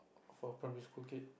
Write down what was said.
for primary school kid